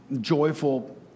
joyful